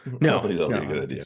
no